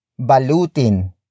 Balutin